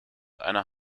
einer